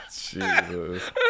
Jesus